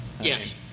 Yes